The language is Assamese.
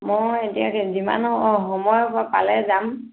মই এতিয়াকে যিমান অঁ সময় পালে যাম